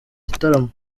gitaramo